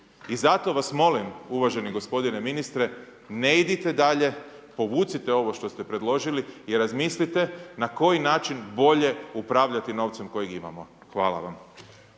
i zato vas molim, uvaženi gospodine ministre, ne idite dalje, povucite ovo što ste predložili i razmislite na koji način bolje upravljati novcem kojeg imamo. Hvala vam.